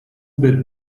per